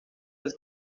del